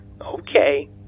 Okay